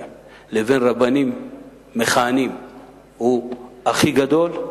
לבין מספר הרבנים המכהנים בה הוא הכי גדול,